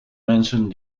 mensen